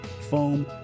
foam